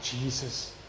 Jesus